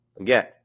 Again